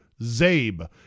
ZABE